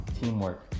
teamwork